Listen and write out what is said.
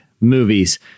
movies